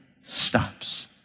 stops